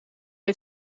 het